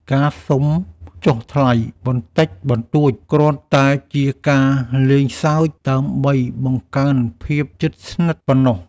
ការសុំចុះថ្លៃបន្តិចបន្តួចគ្រាន់តែជាការលេងសើចដើម្បីបង្កើនភាពជិតស្និទ្ធប៉ុណ្ណោះ។